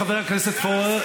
חבר הכנסת עודד פורר.